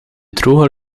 droge